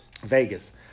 Vegas